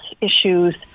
issues